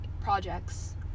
projects